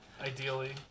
Ideally